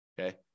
Okay